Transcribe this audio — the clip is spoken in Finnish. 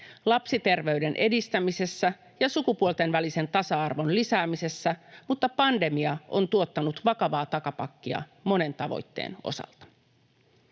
lapsiterveyden edistämisessä ja sukupuolten välisen tasa-arvon lisäämisessä, mutta pandemia on tuottanut vakavaa takapakkia monen tavoitteen osalta.